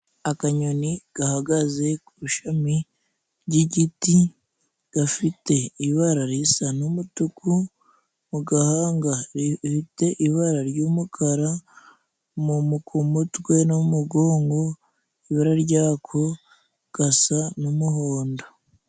Akanyoni gahagaze ku ishami ry'igiti， gafite ibara risa n'umutuku mu gahanga，rifite ibara ry'umukara，ku mutwe n'umugongo ibara ryako gasa n'umuhondo.